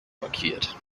markiert